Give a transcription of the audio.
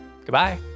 Goodbye